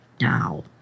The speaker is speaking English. now